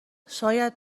شاید